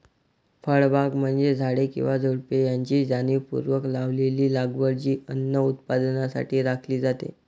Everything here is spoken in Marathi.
फळबागा म्हणजे झाडे किंवा झुडुपे यांची जाणीवपूर्वक लावलेली लागवड जी अन्न उत्पादनासाठी राखली जाते